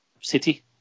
City